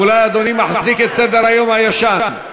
אולי אדוני מחזיק את סדר-היום הישן.